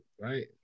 right